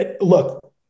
look